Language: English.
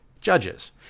judges